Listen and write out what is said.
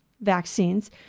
vaccines